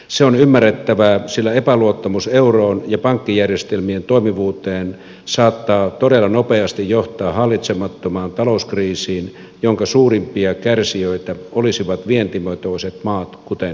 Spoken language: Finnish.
se on ymmärrettävää sillä epäluottamus euroon ja pankkijärjestelmien toimivuuteen saattaa todella nopeasti johtaa hallitsemattomaan talouskriisiin jonka suurimpia kärsijöitä olisivat vientivetoiset maat kuten suomi